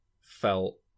felt